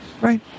Right